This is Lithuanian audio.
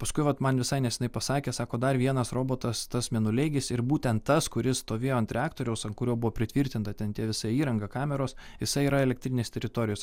paskui vat man visai neseniai pasakė sako dar vienas robotas tas mėnuleigis ir būtent tas kuris stovėjo ant reaktoriaus ant kurio buvo pritvirtinta ten tie visa įranga kameros jisai yra elektrinės teritorijos